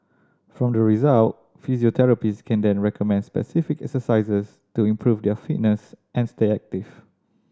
from the result physiotherapists can then recommend specific exercises to improve their fitness and stay active